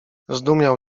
zdumiał